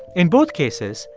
in both cases,